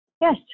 Yes